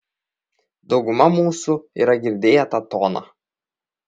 dauguma mūsų yra girdėję tą toną